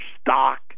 stock